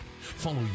Follow